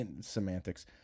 semantics